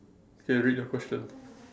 okay read your question